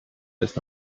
ist